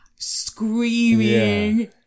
screaming